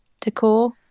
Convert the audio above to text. decor